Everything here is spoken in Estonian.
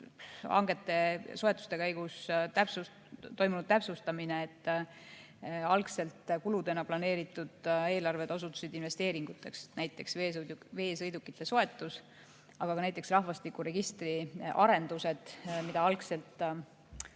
hangete soetuste käigus toimunud täpsustamine, algselt kuludena planeeritud eelarved osutusid investeeringuteks. Näiteks veesõidukite soetus, aga ka näiteks rahvastikuregistri arendused, mida algselt